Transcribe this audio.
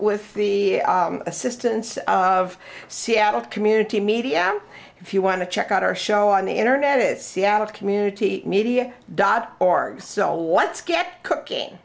with the assistance of seattle community media and if you want to check out our show on the internet is seattle community media dot org so what's get cooking